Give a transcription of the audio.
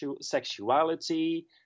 sexuality